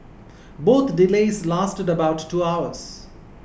both delays lasted about two hours